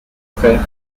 frère